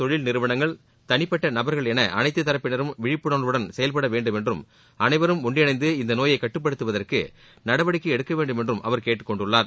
தொழில்நிறுவனங்கள் தனிப்பட்ட அரசுகள் நபர்கள் என அனைத்து தரப்பினரும் விழிப்புணர்வுடன் செயல்படவேண்டும் என்றும் அனைவரும் ஒன்றிணைந்து இந்த நோயை கட்டுப்படுத்துவதற்கு நடவடிக்கை எடுக்கவேண்டும் என்றும் அவர் கேட்டுக்கொண்டுள்ளார்